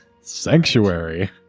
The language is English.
Sanctuary